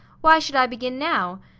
why should i begin now?